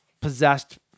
possessed